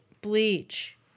Bleach